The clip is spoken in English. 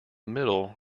middle